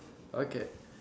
okay